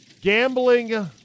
Gambling